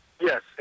Yes